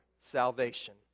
salvation